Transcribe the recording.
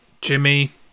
Jimmy